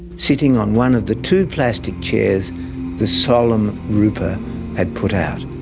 sitting on one of the two plastic chairs the solemn rupa had put out.